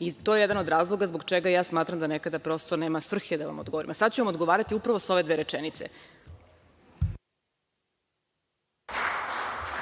i to je jedan od razloga zbog čega ja smatram da nekada, prosto, nema svrhe da vam odgovorim, a sada ću vam odgovarati upravo sa ove dve rečenice. **Đorđe